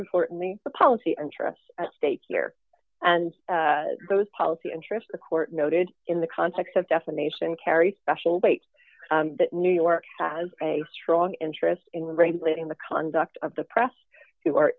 importantly the policy interests at stake here and those policy interests the court noted in the context of defamation carry special weight that new york has a strong interest in regulating the conduct of the press who are